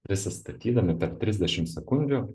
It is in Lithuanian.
prisistatydami per trisdešim sekundžių